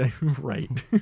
Right